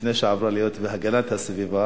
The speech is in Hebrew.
לפני שהיא עברה להיות "והגנת הסביבה",